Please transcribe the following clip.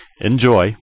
Enjoy